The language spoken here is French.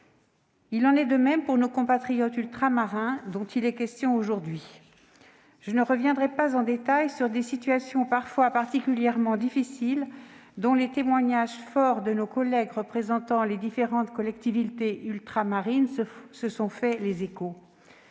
Il en est de même pour nos compatriotes ultramarins, dont il est question aujourd'hui. Je ne reviendrai pas en détail sur des situations particulièrement difficiles parfois, dont nos collègues représentant les différentes collectivités d'outre-mer se sont fait l'écho.